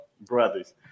brothers